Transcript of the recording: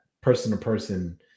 person-to-person